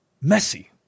messy